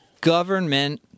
government